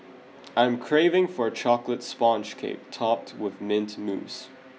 I am craving for a chocolate sponge cake topped with mint mousse